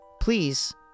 Please